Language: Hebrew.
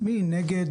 מי נגד.